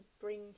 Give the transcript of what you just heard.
bring